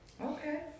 okay